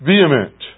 Vehement